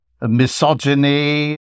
misogyny